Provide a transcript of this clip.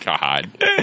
god